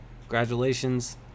Congratulations